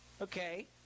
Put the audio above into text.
okay